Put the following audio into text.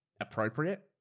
appropriate